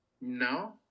No